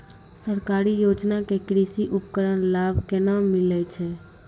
सरकारी योजना के कृषि उपकरण लाभ केना मिलै छै?